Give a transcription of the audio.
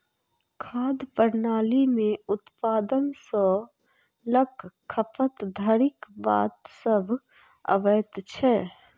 खाद्य प्रणाली मे उत्पादन सॅ ल क खपत धरिक बात सभ अबैत छै